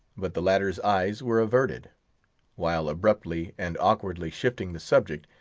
but the latter's eyes were averted while abruptly and awkwardly shifting the subject,